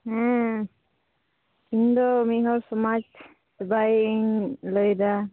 ᱦᱮᱸ ᱤᱧᱫᱚ ᱢᱤᱫ ᱦᱚᱲ ᱥᱚᱢᱟᱡᱽ ᱥᱮᱵᱟᱭᱤᱡ ᱤᱧ ᱞᱟᱹᱭᱮᱫᱟ